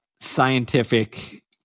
scientific